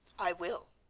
i will.